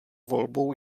volbou